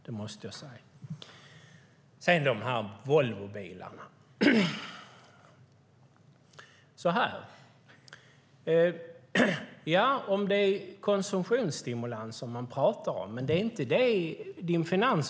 Finansministern talar inte om konsumtionsstimulanser, för han talar om andra teorier.